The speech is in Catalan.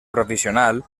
provisional